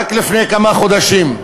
רק לפני כמה חודשים,